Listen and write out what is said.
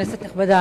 כנסת נכבדה,